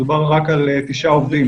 מדובר רק על תשעה עובדים.